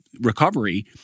recovery